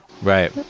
Right